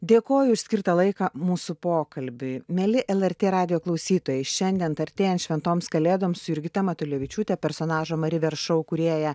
dėkoju už skirtą laiką mūsų pokalbiui mieli lrt radijo klausytojai šiandien artėjant šventoms kalėdoms su jurgita matulevičiūtė personažą mari ver šou kūrėja